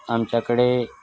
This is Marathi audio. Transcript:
आमच्याकडे